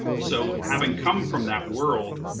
so having come from that world,